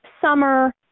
summer